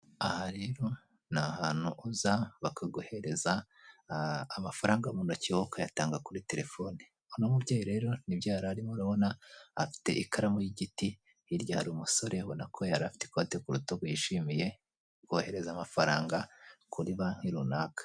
Aha rero ni ahantu uza bakaguhereza amafaranga muntoki wowe ukayatanga kuri Telefone, uno mubyeyi rero nibyo yararimo urabona afite ikaramu y'igiti, hirya hari umusore ubona ko yari afite ikote kurutugu yishimiye kohereza amafaranga kuri banki runaka.